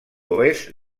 oest